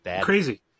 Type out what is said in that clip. crazy